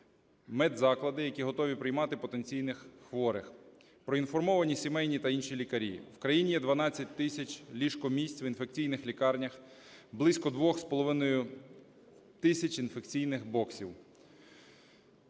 медзаклади, які готові приймати потенційних хворих. Проінформовані сімейні та інші лікарі. В країні є 12 тисяч ліжко-місць в інфекційних лікарнях, близько 2,5 тисяч інфекційних боксів.